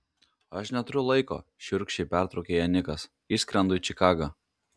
aš neturiu laiko šiurkščiai pertraukė ją nikas išskrendu į čikagą